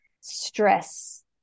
stress